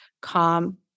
calm